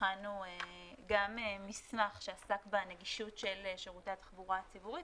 הכנו גם מסמך שעסק בנגישות של שירותי התחבורה הציבורית,